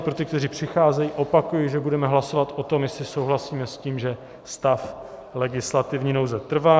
Pro ty, kteří přicházejí, opakuji, že budeme hlasovat o tom, jestli souhlasíme s tím, že stav legislativní nouze trvá.